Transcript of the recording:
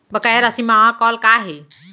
बकाया राशि मा कॉल का हे?